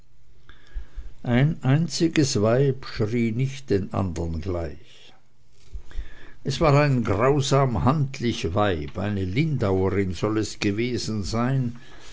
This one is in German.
ein einziges weib schrie nicht den andern gleich das war ein grausam handlich weib eine lindauerin soll es gewesen sein